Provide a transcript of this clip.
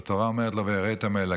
הוא רואה את הנוף.